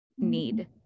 need